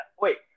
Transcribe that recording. Wait